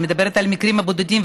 אני מדברת על מקרים בודדים,